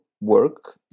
work